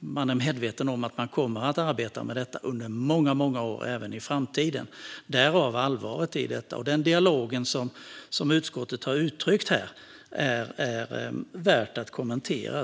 De är medvetna om att de kommer att arbeta med detta under många år även i framtiden. Därav allvaret i detta. Den dialog som utskottet har uttryckt här är värd att kommentera.